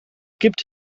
gibt